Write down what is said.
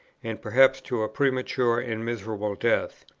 and perhaps to a premature and miserable death?